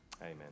amen